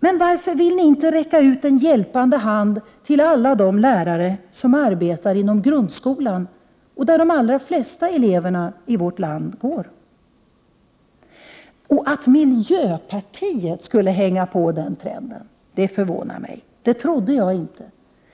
Men varför vill ni inte räcka en hjälpande hand till alla de lärare som arbetar inom grundskolan, där de allra flesta eleverna i vårt land går? 3 Och att miljöpartiet skulle hänga på den trenden — det förvånar mig, det trodde jag inte.